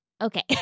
Okay